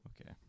Okay